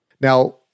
Now